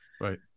Right